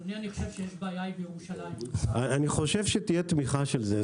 אני חושב שתהיה תמיכה של זה,